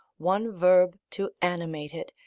one verb to animate it,